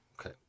Okay